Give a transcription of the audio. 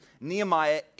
Nehemiah